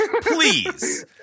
Please